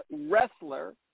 wrestler